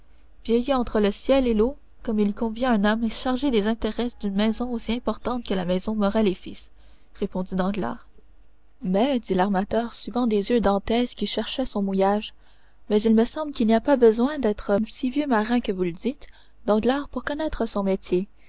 vieilli entre le ciel et l'eau comme il convient à un homme chargé des intérêts d'une maison aussi importante que maison morrel et fils répondit danglars mais dit l'armateur suivant des yeux dantès qui cherchait son mouillage mais il me semble qu'il n'y a pas besoin d'être si vieux marin que vous le dites danglars pour connaître son métier